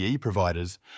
providers